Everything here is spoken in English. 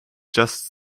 just